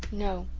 no,